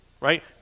Right